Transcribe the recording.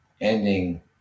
Ending